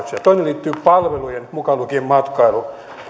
toinen liittyy palvelujen mukaan lukien matkailu